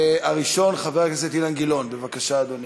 הראשון, חבר הכנסת אילן גילאון, בבקשה, אדוני.